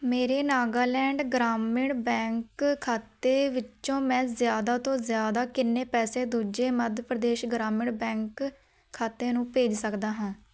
ਮੇਰੇ ਨਾਗਾਲੈਂਡ ਗ੍ਰਾਮੀਣ ਬੈਂਕ ਖਾਤੇ ਵਿੱਚੋ ਮੈਂ ਜ਼ਿਆਦਾ ਤੋਂ ਜ਼ਿਆਦਾ ਕਿੰਨੇ ਪੈਸੇ ਦੂਜੇ ਮੱਧ ਪ੍ਰਦੇਸ਼ ਗ੍ਰਾਮੀਣ ਬੈਂਕ ਖਾਤੇ ਨੂੰ ਭੇਜ ਸਕਦਾ ਹਾਂ